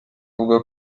uvuga